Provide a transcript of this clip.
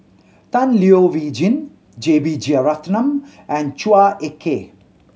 Tan Leo Wee Hin J B Jeyaretnam and Chua Ek Kay